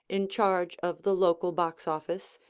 in charge of the local box office,